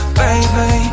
baby